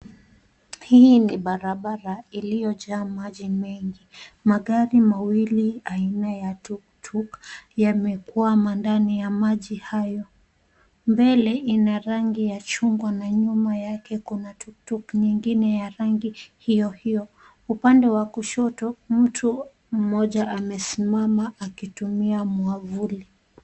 Hii ni barabara iliyojaa maji mengi. Magari mawili aina ya tuktuk yamekwama ndani ya maji hayo. Mbele ina rangi ya chungwa na nyuma yake kuna tuktuk nyingine ya rangi hiyo hiyo. Upande wa kushoto, mtu mmoja amesimama akitumia mwavuli.